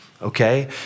Okay